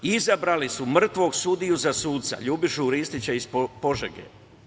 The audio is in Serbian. Izabrali su mrtvog sudiju za suca, Ljubišu Ristića iz Požege.